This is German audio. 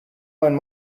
mein